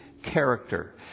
character